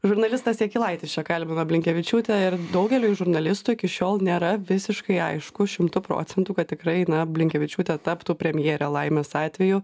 žurnalistas jakilaitis čia kalbino blinkevičiūtę ir daugeliui žurnalistų iki šiol nėra visiškai aišku šimtu procentų kad tikrai na blinkevičiūtė taptų premjere laimės atveju